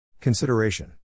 Consideration